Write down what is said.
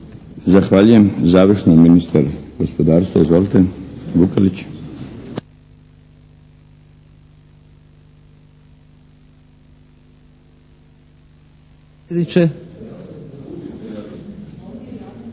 Zahvaljujem. Završno ministar gospodarstva, izvolite. Vueklić.